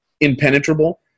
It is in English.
impenetrable